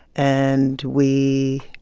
and we